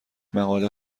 مقاله